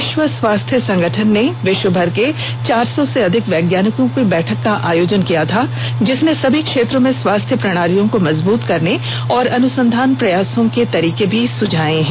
विश्व स्वास्थ्य संगठन ने विश्वभर के चार सौ से अधिक वैज्ञानिकों की बैठक का आयोजन किया था जिसने सभी क्षेत्रों में स्वास्थ्य प्रणालियों को मजबूत करने और अनुसंधान प्रयासों को तरीकें भी सुझाए हैं